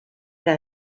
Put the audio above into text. que